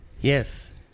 Yes